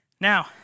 Now